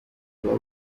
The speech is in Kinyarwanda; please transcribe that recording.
aba